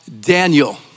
Daniel